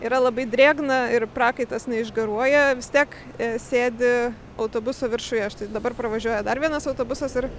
yra labai drėgna ir prakaitas neišgaruoja vis tiek sėdi autobuso viršuje štai dabar pravažiuoja dar vienas autobusas ir